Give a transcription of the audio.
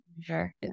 Sure